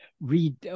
read